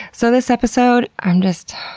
so this episode, i'm just,